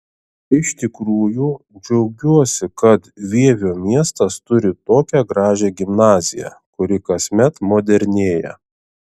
iš tikrųjų džiaugiuosi kad vievio miestas turi tokią gražią gimnaziją kuri kasmet modernėja